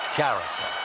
character